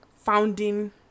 Founding